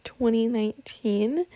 2019